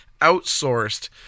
outsourced